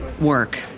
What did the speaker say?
work